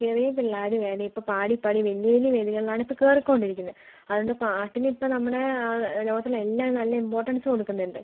ചെറിയ പിള്ളേർ വരെ ഇപ്പോൾ പാടി പാടി വലിയ വലിയ വേദികളിലാണ് ഇപ്പോൾ കയറികൊണ്ടിരിക്കുന്നത് അതുകൊണ്ട് പാട്ടിനിപ്പം നമ്മുടെ ലോകത്തിലുള്ള എല്ലാവരും നല്ല ഇമ്പോർട്ടൻസ് കൊടുക്കുന്നുണ്ട്